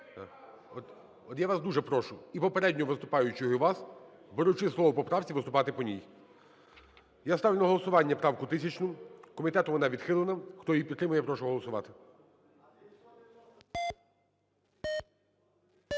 От я вас дуже прошу і попереднього виступаючого, і вас, беручі слово по поправці, виступати по ній. Я ставлю на голосування правку 1000. Комітетом вона відхилена. Хто її підтримує – я прошу голосувати.